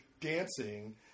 dancing